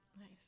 Nice